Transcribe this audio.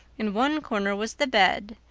in one corner was the bed,